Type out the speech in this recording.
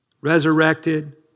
resurrected